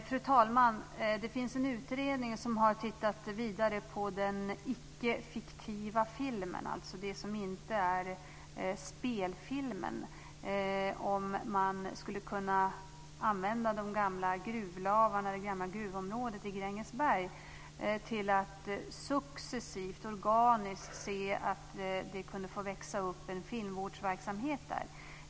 Fru talman! Det finns en utredning som har tittat vidare på den icke fiktiva filmen, alltså det som inte är spelfilm, och om man skulle kunna använda det gamla gruvområdet i Grängesberg för att en filmvårdsverksamhet successivt och organiskt skulle få växa fram där.